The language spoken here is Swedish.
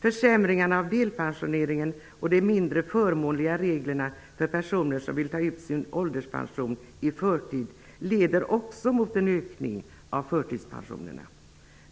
Försämringarna av delpensioneringen och de mindre förmånliga reglerna för personer som vill ta ut sin ålderspension i förtid leder också mot en ökning av förtidspensionerna.